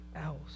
else